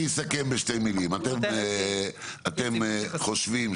אני אסכם בשתי מילים, אתם חושבים